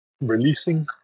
releasing